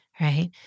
right